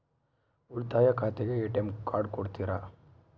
ಉಳಿತಾಯ ಖಾತೆಗೆ ATM card ಕೊಡ್ತೇರಿ?